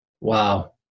Wow